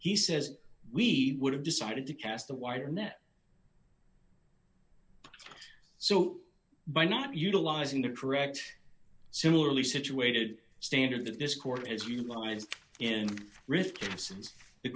he says we would have decided to cast a wider net so by not utilizing the correct similarly situated standard that this court has utilized in risk since the